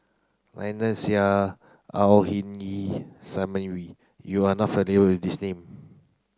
Lynnette Seah Au Hing Yee Simon Wee you are not familiar with these name